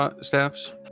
staffs